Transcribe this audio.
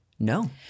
No